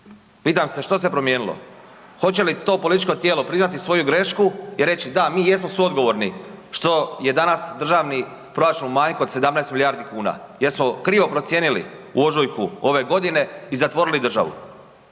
Pitam se što se promijenilo? Hoće li to političko tijelo priznati svoju grešku i reći da, mi jesmo suodgovorni što je danas državni proračun u manjku od 17 milijardi kuna jer smo krivo procijenili u ožujku ove godine i zatvorili državu